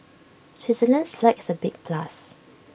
Switzerland's flag is A big plus